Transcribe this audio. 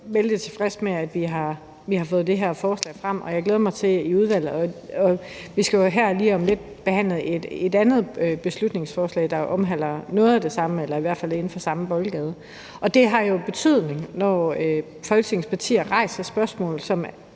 vældig tilfreds med, at vi har fået det her forslag op, og jeg glæder mig til udvalgsbehandlingen. Vi skal jo her lige om lidt behandle et andet beslutningsforslag, der omhandler noget af det samme, eller som i hvert fald er inden for samme boldgade. Det har jo betydning, når Folketingets partier rejser spørgsmål af